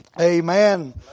amen